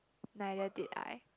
neither did I